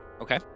Okay